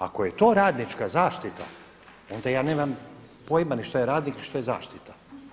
Ako je to radnička zaštita onda ja nemam pojma što je radnik i što je zaštita.